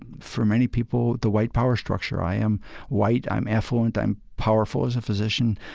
for many people, the white power structure. i am white, i'm affluent, i'm powerful as a physician,